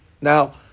Now